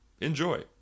enjoy